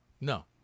No